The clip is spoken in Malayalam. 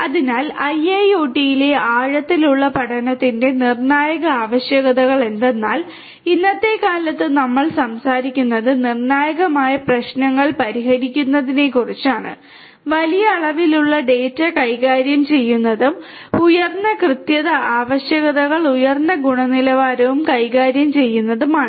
അതിനാൽ IIoT ലെ ആഴത്തിലുള്ള പഠനത്തിന്റെ നിർണായക ആവശ്യകതകൾ എന്തെന്നാൽ ഇന്നത്തെക്കാലത്ത് നമ്മൾ സംസാരിക്കുന്നത് നിർണായകമായ പ്രശ്നങ്ങൾ പരിഹരിക്കുന്നതിനെക്കുറിച്ചാണ് വലിയ അളവിലുള്ള ഡാറ്റ കൈകാര്യം ചെയ്യുന്നതും ഉയർന്ന കൃത്യത ആവശ്യകതകൾ ഉയർന്ന ഗുണനിലവാരവും കൈകാര്യം ചെയ്യുന്നതുമാണ്